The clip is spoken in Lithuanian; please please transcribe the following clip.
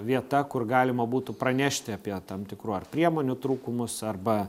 vieta kur galima būtų pranešti apie tam tikrų ar priemonių trūkumus arba